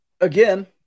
again